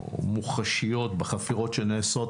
מוחשיות, בחפירות שנעשות